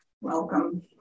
Welcome